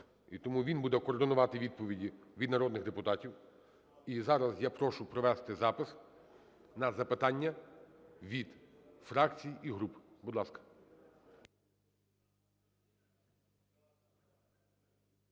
і тому він буде координувати відповіді від народних депутатів. І зараз я прошу провести запис на запитання від фракцій і груп. Будь ласка.